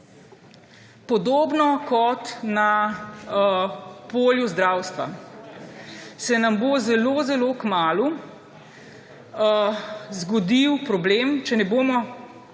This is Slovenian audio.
Podobno kot na polju zdravstva se nam bo zelo zelo kmalu zgodil problem, če ne bomo